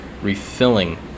refilling